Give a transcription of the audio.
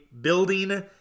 building